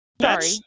sorry